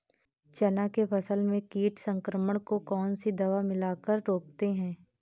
चना के फसल में कीट संक्रमण को कौन सी दवा मिला कर रोकते हैं?